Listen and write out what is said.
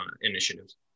initiatives